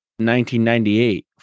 1998